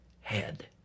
head